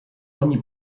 ogni